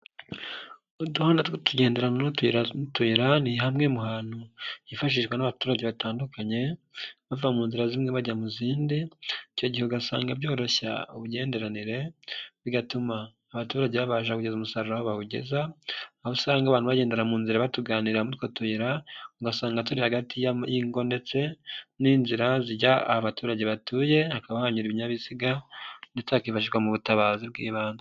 Uduhanda tw'utugenderano ni hamwe mu hantu hifashishwa n'abaturage batandukanye bava mu nzira zimwe bajya mu zindi, icyo gihe ugasanga byoroshya ugenderanire bigatuma abaturage babasha kugeza umusaruro aho bawugeza aho usanga abantu bagendera mu nzira batuganiramoka tuyira ugasanga turi hagati y'ingo ndetse n'inzira zijya aho abaturage batuye hakaba hanyura ibinyabiziga ndetse hakifashishwa mu butabazi bw'ibanze.